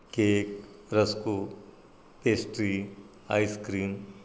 cake रस्को pastry ice cream